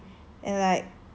backstreet rookie